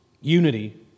Unity